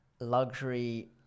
luxury